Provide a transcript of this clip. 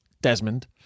desmond